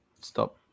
stop